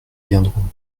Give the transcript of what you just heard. viendront